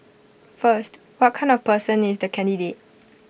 first what kind of person is the candidate